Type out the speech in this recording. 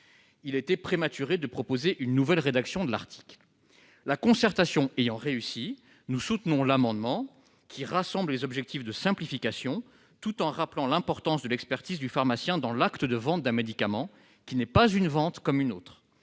alors prématuré de proposer une nouvelle rédaction de l'article. La concertation ayant finalement abouti, nous présentons cet amendement, qui reprend les objectifs de simplification tout en rappelant l'importance de l'expertise du pharmacien dans l'acte de vente d'un médicament, qui n'est pas une vente comme une autre.